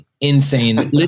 Insane